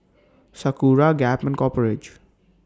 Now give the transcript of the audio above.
Sakura Gap and Copper Ridge